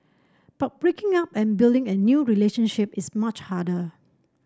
but breaking up and building a new relationship is much harder